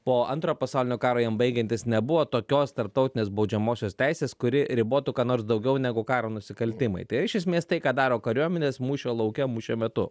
po antrojo pasaulinio karo jam baigiantis nebuvo tokios tarptautinės baudžiamosios teisės kuri ribotų ką nors daugiau negu karo nusikaltimai tai iš esmės tai ką daro kariuomenės mūšio lauke mūšio metu